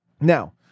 now